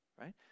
right